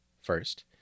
first